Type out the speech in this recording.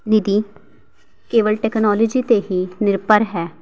ਨੀਤੀ ਕੇਵਲ ਟੈਕਨੋਲਜੀ 'ਤੇ ਹੀ ਨਿਰਭਰ ਹੈ